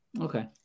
Okay